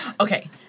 Okay